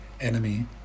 enemy